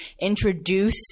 introduce